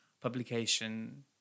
publication